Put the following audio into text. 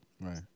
Right